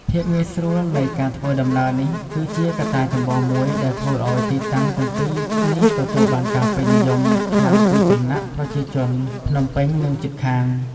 ភាពងាយស្រួលនៃការធ្វើដំណើរនេះគឺជាកត្តាចម្បងមួយដែលធ្វើឲ្យទីតាំងទាំងពីរនេះទទួលបានការពេញនិយមខ្លាំងពីសំណាក់ប្រជាជនភ្នំពេញនិងជិតខាង។